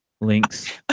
links